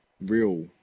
real